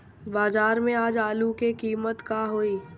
बाजार में आज आलू के कीमत का होई?